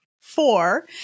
Four